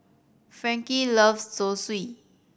Frankie loves Zosui